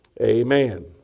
Amen